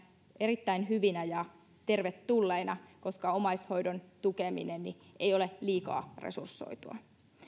erittäin hyvinä ja tervetulleina koska omaishoidon tukeminen ei ole liikaa resursoitua myös